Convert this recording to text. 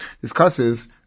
discusses